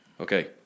Okay